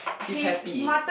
he's happy